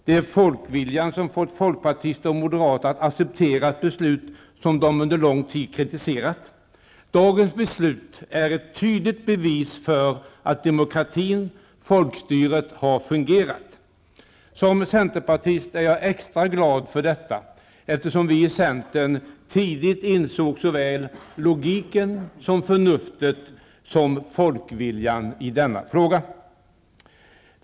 Det är folkviljan som har fått folkpartister och moderater att acceptera ett beslut som de under lång tid har kritiserat. Dagens beslut är ett tydligt bevis för att demokratin/folkstyret har fungerat. Som centerpartist är jag extra glad för detta, eftersom vi i centern tidigt blev medvetna om såväl logiken och förnuftet som folkviljan i denna fråga.